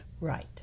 Right